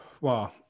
Wow